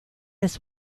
his